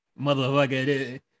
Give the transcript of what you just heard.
motherfucker